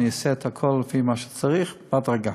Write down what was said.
אני אעשה הכול לפי מה שצריך, בהדרגה.